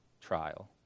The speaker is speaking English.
trial